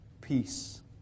peace